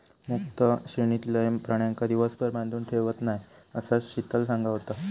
मुक्त श्रेणीतलय प्राण्यांका दिवसभर बांधून ठेवत नाय, असा शीतल सांगा होता